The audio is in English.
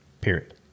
period